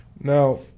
Now